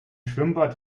schwimmbad